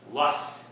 lust